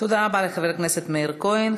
תודה רבה לחבר הכנסת מאיר כהן.